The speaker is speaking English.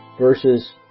verses